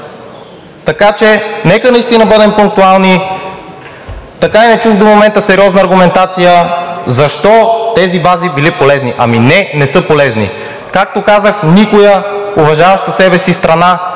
така че нека наистина да бъдем пунктуални. Така или иначе до момента не чухме сериозна аргументация защо тези бази били полезни. Ами не, не са полезни. Както казах, никоя уважаваща себе си страна